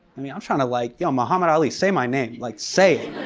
i mean i'm trying to like, yo, muhammad ali, say my name. like, say it.